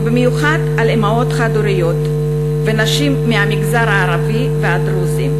ובמיוחד על אימהות חד-הוריות ונשים מהמגזר הערבי והדרוזי.